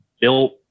built